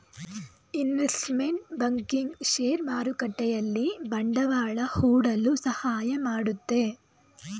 investment banking share ಮಾರುಕಟ್ಟೆಯಲ್ಲಿ ಬಂಡವಾಳ ಹೂಡಲು ಸಹಾಯ ಮಾಡುತ್ತೆ